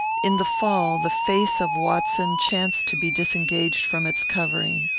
in the fall, the face of watson chanced to be disengaged from its covering.